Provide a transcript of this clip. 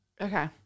Okay